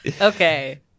Okay